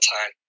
time